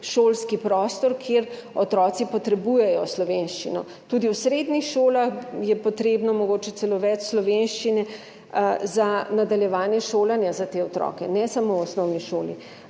šolski prostor, kjer otroci potrebujejo slovenščino. Tudi v srednjih šolah je potrebne mogoče celo več slovenščine za nadaljevanje šolanja za te otroke, ne samo v osnovni šoli.